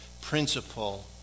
principle